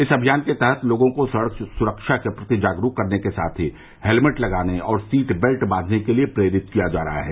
इस अभियान के तहत लोगों को सड़क सुरक्षा के प्रति जागरूक करने के साथ ही हेलमेट लगाने और सीट बेल्ट बांघने के लिए प्रेरित किया जा रहा है